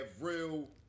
real